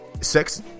sex